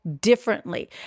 differently